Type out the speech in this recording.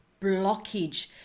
blockage